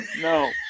no